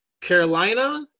Carolina